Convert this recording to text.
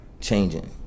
Changing